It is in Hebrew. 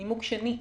נימוק שני,